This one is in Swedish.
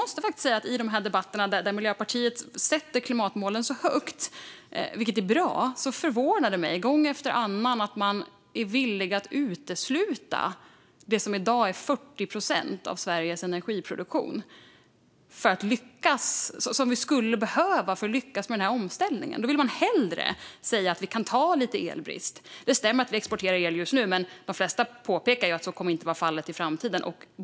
Men i dessa debatter där ni i Miljöpartiet sätter klimatmålen så högt, vilket är bra, förvånar det mig gång efter annan att ni är villiga att utesluta det som i dag utgör 40 procent av Sveriges energiproduktion och som vi skulle behöva för att lyckas med omställningen. Ni säger hellre att vi kan ta lite elbrist. Det stämmer att vi exporterar el just nu, men de flesta påpekar att så inte kommer att vara fallet i framtiden.